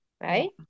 right